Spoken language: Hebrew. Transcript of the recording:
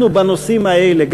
אנחנו בנושאים האלה,